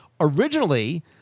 Originally